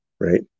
Right